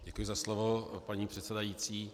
Děkuji za slovo, paní předsedající.